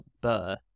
burr